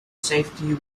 safety